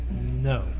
No